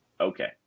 Okay